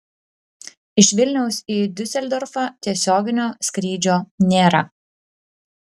iš vilniaus į diuseldorfą tiesioginio skrydžio nėra